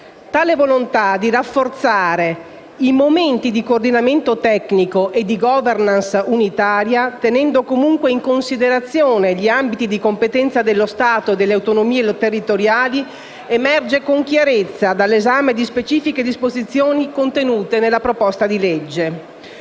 Tale volontà di rafforzare i momenti di coordinamento tecnico e di *governance* unitaria, tenendo comunque in considerazione gli ambiti di competenza dello Stato e delle autonomie territoriali, emerge con chiarezza dall'esame di specifiche disposizioni contenute nella proposta di legge.